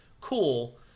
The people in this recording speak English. cool